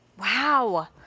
Wow